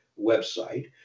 website